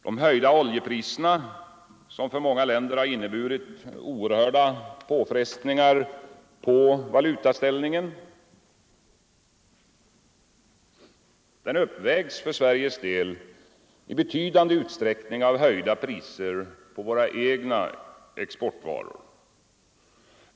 De höjda oljepriserna, som för många länder har inneburit oerhörda påfrestningar på valutaställningen, uppvägs för Sveriges del i betydande utsträckning av höjda priser på våra egna exportråvaror.